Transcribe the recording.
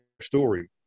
story